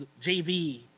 JV